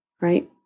right